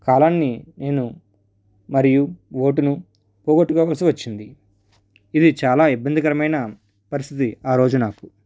కాలాన్ని నేను మరియు ఓటును పోగొట్టుకోవల్సి వచ్చింది ఇది చాలా ఇబ్బందికరమైన పరిస్థితి ఆ రోజు నాకు